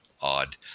odd